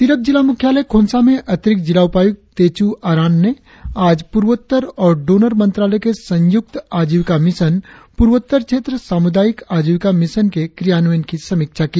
तिरप जिला मुख्यालय खोंसा में अतिरिक्त जिला उपायुक्त तेच् आरान ने आज पूर्वोत्तर और डोनर मंत्रालय के संयुक्त आजिविका मिशन पूर्वोत्तर क्षेत्र सामुदायिक आजिविका मिशन के क्रियान्वयन की समीक्षा की